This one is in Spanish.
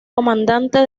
comandante